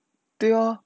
对咯